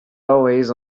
always